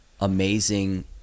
amazing